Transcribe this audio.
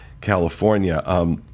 California